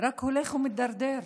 רק הולך ומידרדר.